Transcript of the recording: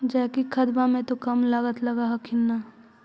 जैकिक खदबा मे तो कम लागत लग हखिन न?